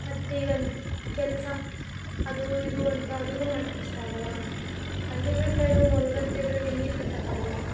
ಮತ್ತು ಈವನ್ ಕೆಲಸ ಅದು ಇದು ಅಂತ ಅವರಿಗೂ ಮಾಡಕ್ಕೆ ಇಷ್ಟ ಆಗೋಲ್ಲ ಹಳ್ಳಿಗಳ ಸೈಡು ಹೊಲ ಗದ್ದೆಗಳಿಗೆ ನೀರು ಕಟ್ಟೋಕ್ಕಾಗಲ್ಲ